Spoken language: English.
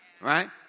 right